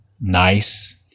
nice